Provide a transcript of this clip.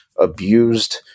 abused